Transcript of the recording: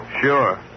Sure